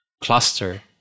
cluster